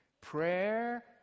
prayer